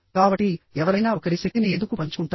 కాబట్టి ఎవరైనా ఒకరి శక్తిని ఎందుకు పంచుకుంటారు